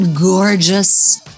gorgeous